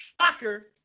Shocker